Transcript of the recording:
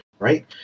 Right